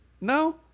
no